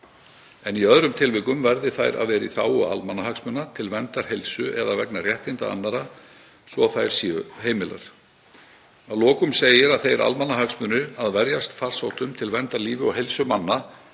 en í öðrum tilvikum verði þær að vera í þágu almannahagsmuna til verndar heilsu eða vegna réttinda annarra svo að þær séu heimilar. Að lokum segir að þeir almannahagsmunir að verjast farsóttum til verndar lífi og heilsu manna